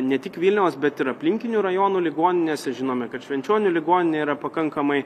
ne tik vilniaus bet ir aplinkinių rajonų ligoninėse žinome kad švenčionių ligoninė yra pakankamai